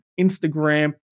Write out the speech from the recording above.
Instagram